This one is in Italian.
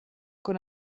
con